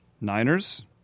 Niners